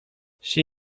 she